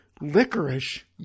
licorice